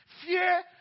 Fear